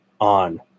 on